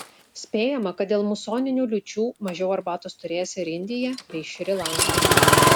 spėjama kad dėl musoninių liūčių mažiau arbatos turės ir indija bei šri lanka